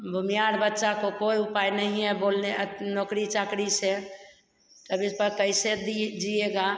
भूमियार बच्चा को कोई उपाय नहीं है बोलने नौकरी चाकरी से अब इस पर कैसे दि जीएगा